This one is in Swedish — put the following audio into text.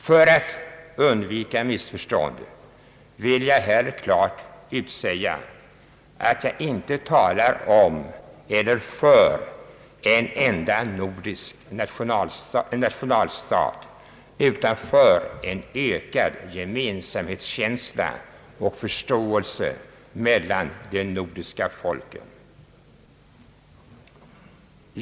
För att undvika missförstånd vill jag klart utsäga att jag inte talar om eller för en enda nordisk nationalstat utan för en ökad gemensamhetskänsla och förståelse mellan de nordiska folken.